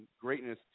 greatness